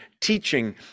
teaching